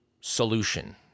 solution